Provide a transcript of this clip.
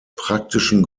praktischen